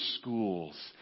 schools